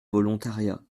volontariat